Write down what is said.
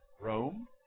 Rome